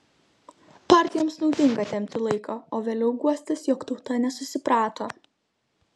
partijoms naudinga tempti laiką o vėliau guostis jog tauta nesusiprato